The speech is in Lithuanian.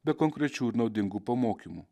be konkrečių ir naudingų pamokymų